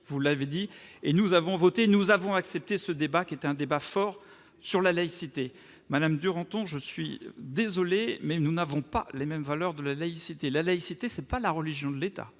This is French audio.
vous l'avez dit, et nous avons voté, nous avons accepté ce débat qui est un débat fort sur la laïcité Madame Duranton, je suis désolé, mais nous n'avons pas les mêmes valeurs de la laïcité, la laïcité, c'est pas la religion de l'État,